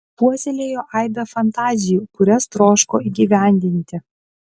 puoselėjo aibę fantazijų kurias troško įgyvendinti